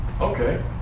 Okay